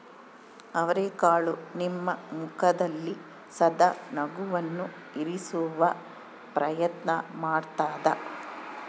ಅವರೆಕಾಳು ನಿಮ್ಮ ಮುಖದಲ್ಲಿ ಸದಾ ನಗುವನ್ನು ಇರಿಸುವ ಪ್ರಯತ್ನ ಮಾಡ್ತಾದ